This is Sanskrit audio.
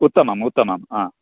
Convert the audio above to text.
उत्तमम् उत्तमं आ